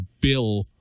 bill